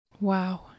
Wow